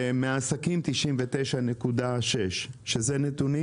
ומהעסקים 99.6%. זה נתונים